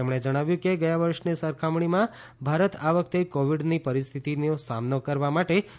તેમણે જણાવ્યું કે ગયા વર્ષની સરખામણીમાં ભારત આ વખતે કોવિડની પરિસ્થિતિનો સામનો કરવા માટે વધુ સજ્જ છે